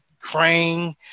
crane